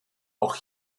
auch